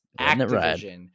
Activision